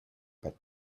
but